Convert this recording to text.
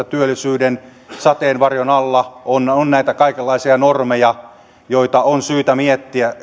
työllisyyden sateenvarjon alla on on näitä kaikenlaisia normeja suorastaan välillä järjettömyyksiä joita on syytä miettiä